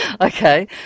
Okay